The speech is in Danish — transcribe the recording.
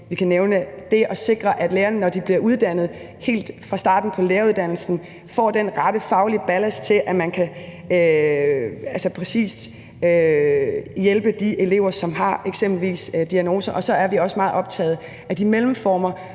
vi kan nævne det at sikre, at lærerne, når de bliver uddannet, helt fra starten på læreruddannelsen får den rette faglige ballast til, at man præcis kan hjælpe de elever, som eksempelvis har diagnoser. Og så er vi også meget optaget af de mellemformer